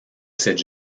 cette